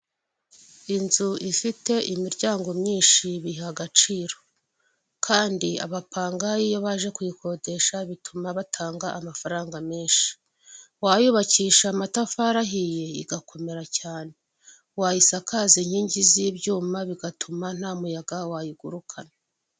Inzu ifite imiryango myinshi biyiha agaciro kandi abapangayi iyo baje kuyikodesha bituma batanga amafaranga menshi, wayubakisha amatafari ahiye igakomera cyane, wayisakaza inkingi z'ibyuma bigatuma nta muyaga wayigurukana.